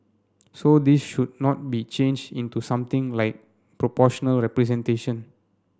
so this should not be changed into something like proportional representation